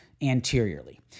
anteriorly